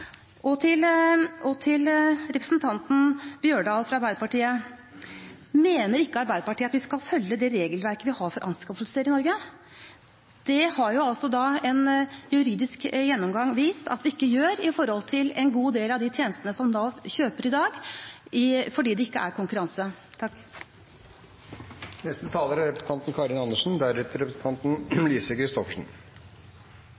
kjenner ingen. Og til representanten Holen Bjørdal fra Arbeiderpartiet: Mener ikke Arbeiderpartiet at vi skal følge det regelverket vi har for anskaffelser i Norge? En juridisk gjennomgang har vist at vi ikke gjør det når det gjelder en god del av de tjenestene som Nav kjøper i dag, fordi det ikke er konkurranse. Jeg må lure på om representanten